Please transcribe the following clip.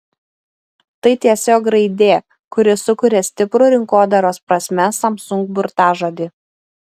tai tiesiog raidė kuri sukuria stiprų rinkodaros prasme samsung burtažodį